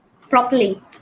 properly